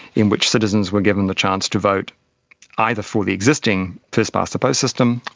in which citizens were given the chance to vote either for the existing first-past-the-post system,